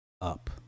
up